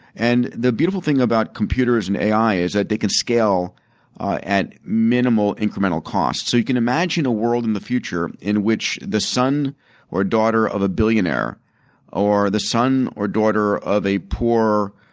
and the beautiful thing about computers and ai is that they can scale at minimal incremental costs. so, you can imagine a world in the future, in which the son or daughter of a billionaire or the son or daughter of a poor